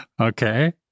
Okay